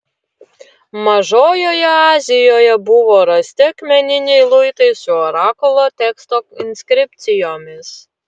mažojoje azijoje buvo rasti akmeniniai luitai su orakulo teksto inskripcijomis